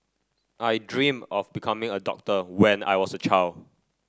I dream of becoming a doctor when I was a child